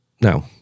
No